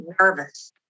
nervous